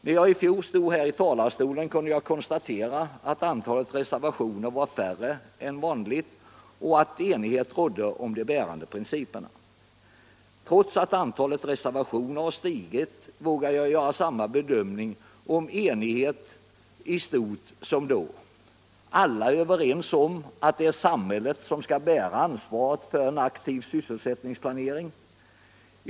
När jag i fjol stod här i talarstolen kunde jag konstatera att antalet reservationer var mindre än vanligt och att enighet rådde om de bärande principerna. Trots att antalet reservationer har stigit vågar Jag nu göra samma bedömning om enighet i stort som då. Alla är överens om att det är samhället som skall bära ansvaret för en aktiv syssclsättningsplanering.